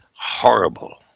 horrible